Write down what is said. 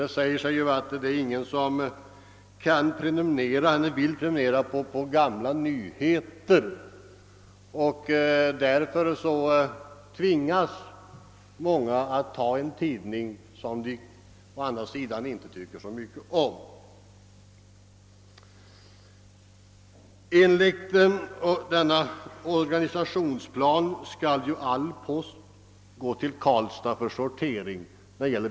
Det säger sig självt att ingen vill prenumerera på gamla nyheter, och därför tvingas många att välja en tidning som de egentligen inte tycker så bra om. Enligt organisationsplanen skall all post inom området gå till Karlstad för sortering.